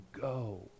go